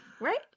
Right